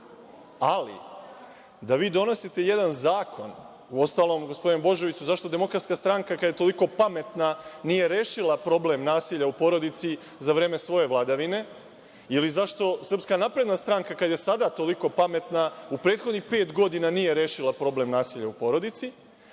nema. Ali, da vi donosite jedan zakon… Uostalom, gospodine Božoviću, zašto DS, kad je toliko pametna, nije rešila problem nasilja u porodici za vreme svoje vladavine? Ili zašto SNS, kad je sada toliko pametna, u prethodnih pet godina nije rešila problem nasilja u porodici?